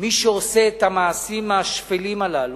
מי שעושה את המעשים השפלים הללו,